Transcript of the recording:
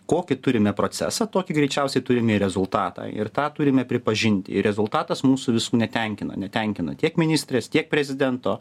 kokį turime procesą tokį greičiausiai turim ir rezultatą ir tą turime pripažinti ir rezultatas mūsų visų netenkina netenkina tiek ministrės tiek prezidento